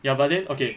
ya but then okay